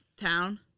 town